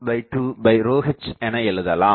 எனவே இதை a22a2h என எழுதலாம்